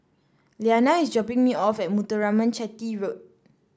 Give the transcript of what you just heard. Liana is dropping me off at Muthuraman Chetty Road